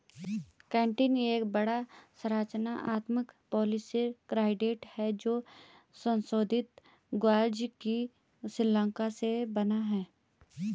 chitin एक बड़ा, संरचनात्मक पॉलीसेकेराइड है जो संशोधित ग्लूकोज की श्रृंखलाओं से बना है